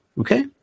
okay